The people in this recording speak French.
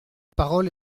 parole